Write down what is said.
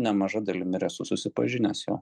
nemaža dalim ir esu susipažinęs jau